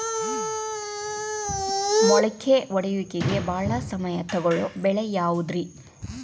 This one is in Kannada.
ಮೊಳಕೆ ಒಡೆಯುವಿಕೆಗೆ ಭಾಳ ಸಮಯ ತೊಗೊಳ್ಳೋ ಬೆಳೆ ಯಾವುದ್ರೇ?